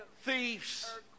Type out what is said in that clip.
thieves